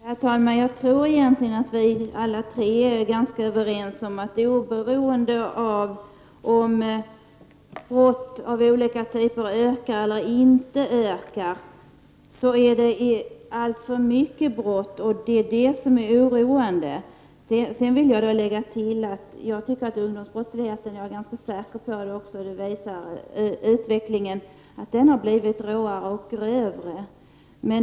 Herr talman! Jag tror att vi alla tre egentligen är ganska överens om att oberoende av om brott av olika typer ökar eller inte ökar så sker det alltför många brott och detta är oroande. För min egen del vill jag tillägga att jag tycker — vilket också utvecklingen visar — att ungdomsbrottsligheten har blivit råare och grövre.